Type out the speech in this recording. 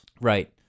right